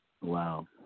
Wow